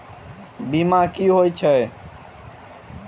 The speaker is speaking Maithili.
बीमा की होइत छी?